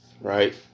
right